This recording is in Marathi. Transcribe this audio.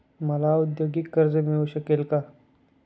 मला औद्योगिक कर्ज मिळू शकेल का?